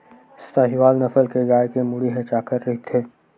साहीवाल नसल के गाय के मुड़ी ह चाकर रहिथे